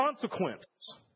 consequence